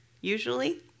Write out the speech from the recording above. usually